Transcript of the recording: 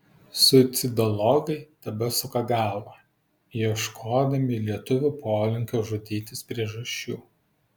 suicidologai tebesuka galvą ieškodami lietuvių polinkio žudytis priežasčių